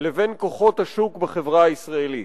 לבין כוחות השוק בחברה הישראלית.